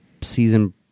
season